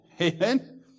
Amen